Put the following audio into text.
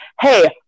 hey